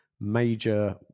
major